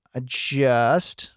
adjust